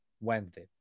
Wednesday